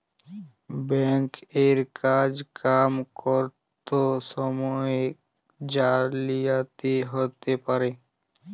bank এর কাজ কাম ক্যরত সময়ে জালিয়াতি হ্যতে পারে